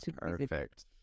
Perfect